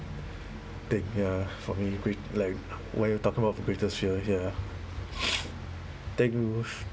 take ya for me great like why are you talking about the greatest fear ya think move